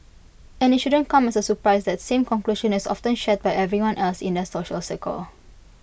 and IT shouldn't come as A surprise that same conclusion is often shared by everyone else in their social circle